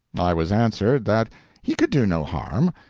i was answered that he could do no harm,